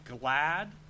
glad